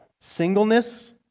singleness